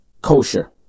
kosher